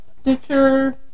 Stitcher